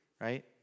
right